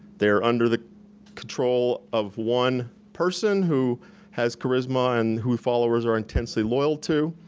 they're under the control of one person who has charisma, and who followers are intensely loyal to.